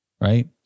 right